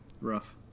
rough